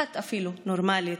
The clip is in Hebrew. אפילו אחת נורמלית,